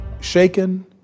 shaken